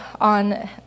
on